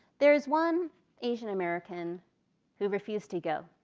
there's one asian american who refused to go.